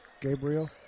Gabriel